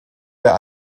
der